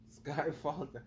Skyfall